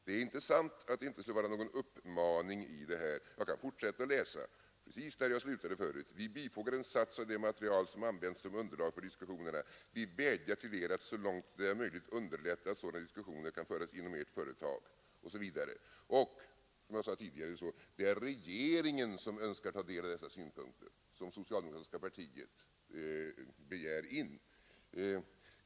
Det är inte sant att det inte skulle finnas en uppmaning i detta brev. Jag kan läsa vidare: ”Vi bifogar en sats av det material som används som underlag för diskussionerna. Vi vädjar till Er att så långt det är möjligt underlätta att sådana diskussioner kan föras inom Ert företag.” Vidare sägs att det är regeringen som önskar ta del av de synpunkter som socialdemokratiska partiet begär in.